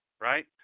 right